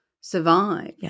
survive